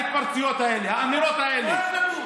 ההתפרצויות האלה,